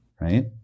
right